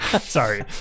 Sorry